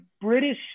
British